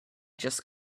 just